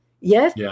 yes